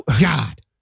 God